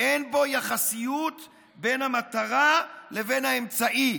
אין יחסיות בין המטרה לבין האמצעי.